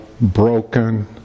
broken